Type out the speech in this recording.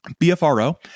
BFRO